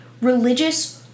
religious